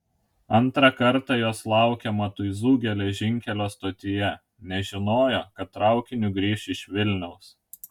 antrą kartą jos laukė matuizų geležinkelio stotyje nes žinojo kad traukiniu grįš iš vilniaus